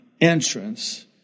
entrance